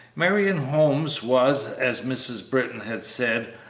marion holmes was, as mrs. britton had said,